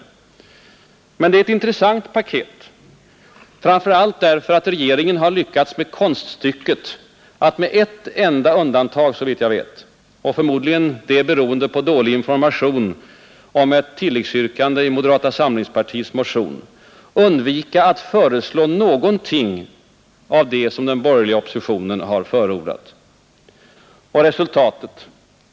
Men det är ett intressant paket. Framför allt därför att regeringen har lyckats med konststycket att med, såvitt jag vet, ett enda undantag — förmodligen beroende på dålig information om ett tilläggsyrkande i moderata samlingspartiets motion — undvika att föreslå någonting av det som den borgerliga oppositionen har förordat. Och resultatet?